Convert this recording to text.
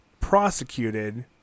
prosecuted